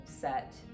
set